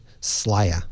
Slayer